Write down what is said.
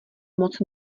moc